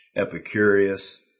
Epicurus